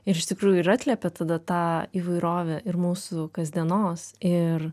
iš tikrųjų ir atliepia tada tą įvairovę ir mūsų kasdienos ir